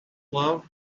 love